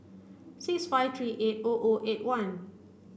six five three eight O O eight one